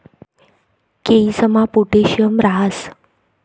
केयीसमा पोटॅशियम राहस